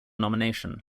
nomination